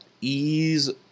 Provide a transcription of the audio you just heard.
ease